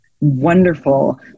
Wonderful